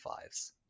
fives